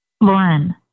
Lauren